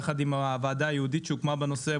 יחד עם הוועדה הייעודית שהוקמה בנושא,